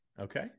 Okay